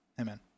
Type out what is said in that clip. Amen